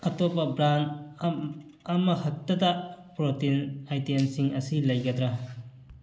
ꯑꯇꯣꯞꯄ ꯕ꯭ꯔꯥꯟ ꯑꯃ ꯍꯦꯛꯇꯗ ꯄ꯭ꯔꯣꯇꯤꯟ ꯑꯥꯏꯇꯦꯝꯁꯤꯡ ꯑꯁꯤ ꯂꯩꯒꯗ꯭ꯔꯥ